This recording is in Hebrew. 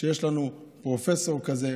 שיש לנו פרופסור כזה.